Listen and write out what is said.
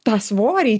tą svorį